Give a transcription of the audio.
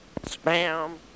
Spam